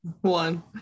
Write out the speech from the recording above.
One